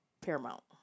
Paramount